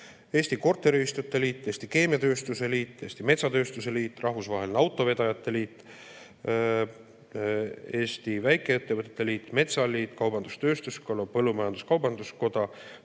Eesti Korteriühistute Liit, Eesti Keemiatööstuse Liit, Eesti Metsatööstuse Liit, rahvusvaheline autovedajate liit, Eesti väikeettevõtete liit, Metsaliit, kaubandus-tööstuskoda, põllumajandus-kaubanduskoda,